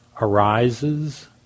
arises